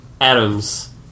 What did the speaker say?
Adams